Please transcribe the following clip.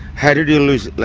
how did you lose